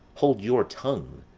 hold your tongue,